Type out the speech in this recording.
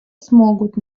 смогут